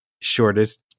shortest